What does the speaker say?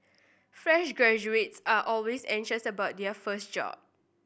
fresh graduates are always anxious about their first job